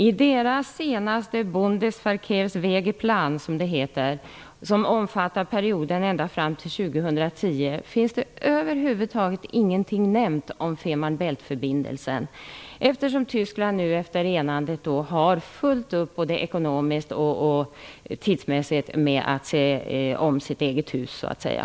I deras senaste Bundesverkehrswegeplan, som det heter, vilken omfattar perioden ända fram till 2010 nämns över huvud taget ingenting om Fehmarn Bältförbindelsen, eftersom Tyskland nu efter enandet har fullt upp med att både ekonomiskt och tidsmässigt se om sitt eget hus så att säga.